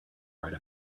write